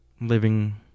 living